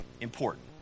important